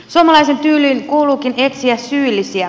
suomalaisen tyyliin kuuluukin etsiä syyllisiä